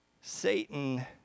Satan